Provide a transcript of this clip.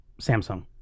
Samsung